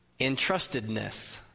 entrustedness